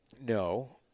No